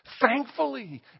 Thankfully